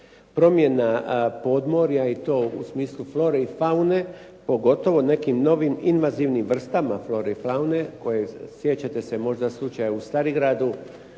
promjena podmorja i to u smislu flore i faune, pogotovo nekim novim invazivnim vrstama flore i faune koje, sjećate se možda slučaja u Starigradu,